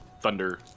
thunder